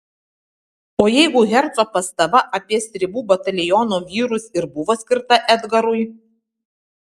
o jeigu herco pastaba apie stribų bataliono vyrus ir buvo skirta edgarui